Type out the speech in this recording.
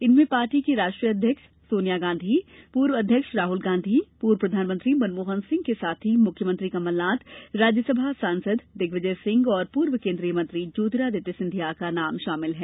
इनमें पार्टी के राष्ट्रीय अध्यक्ष सोनिया गांधी पूर्व अध्यक्ष राहुल गांधी पूर्व प्रधानमंत्री मनमोहन सिंह के साथ ही मुख्यमंत्री कमलनाथ राज्यसभा सांसद दिग्विजय सिंह और पूर्व केन्द्रीय मंत्री ज्योतिरादित्य सिंधिया का नाम है